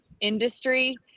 industry